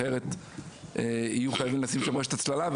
אחרת יהיו חייבים לשים רשת הצללה,